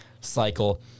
cycle